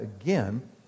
again